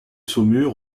saumur